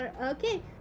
Okay